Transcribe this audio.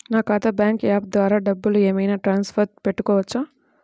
నా ఖాతా bank app ద్వారా డబ్బులు ఏమైనా ట్రాన్స్ఫర్ పెట్టుకోవచ్చా?